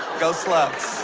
go slugs.